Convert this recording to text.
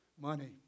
money